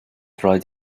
rhaid